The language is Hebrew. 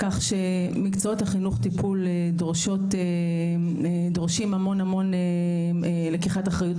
כך שמקצועות החינוך-טיפול דורשים המון-המון לקיחת אחריות,